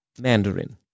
Mandarin